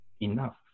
enough